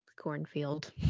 cornfield